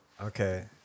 Okay